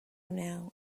now